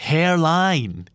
Hairline